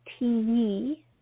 tv